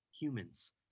humans